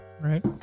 right